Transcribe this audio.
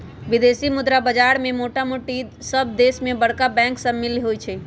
विदेशी मुद्रा बाजार में मोटामोटी सभ देश के बरका बैंक सम्मिल होइ छइ